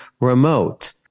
remote